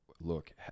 look